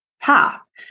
path